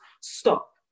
stop